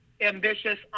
ambitious